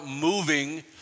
moving